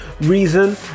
Reason